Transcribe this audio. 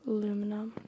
Aluminum